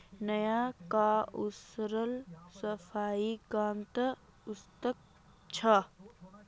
नया काउंसलर सफाईर कामत उत्सुक छ